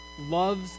loves